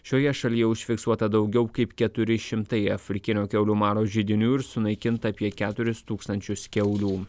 šioje šalyje užfiksuota daugiau kaip keturi šimtai afrikinio kiaulių maro židinių ir sunaikinta apie keturis tūkstančius kiaulių